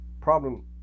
Problem